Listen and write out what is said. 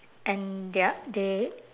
and their they